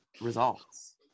results